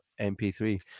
MP3